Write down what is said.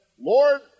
Lord